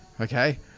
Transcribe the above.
Okay